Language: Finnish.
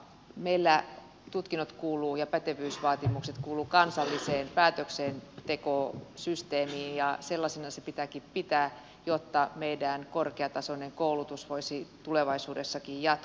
meillä tutkinnot ja pätevyysvaatimukset kuuluvat kansalliseen päätöksentekosysteemiin ja sellaisena se pitääkin pitää jotta meidän korkeatasoinen koulutus voisi tulevaisuudessakin jatkua